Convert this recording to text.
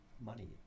money